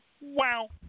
Wow